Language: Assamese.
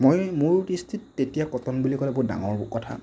মই মোৰ দৃষ্টিত তেতিয়া কটন বুলি ক'লে বহুত ডাঙৰ কথা